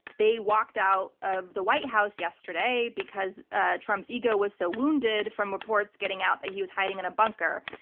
they walked out of the white house yesterday because ah trump's ego was so wounded from reports getting out that he was hiding in a bunker.